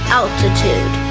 altitude